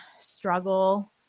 struggle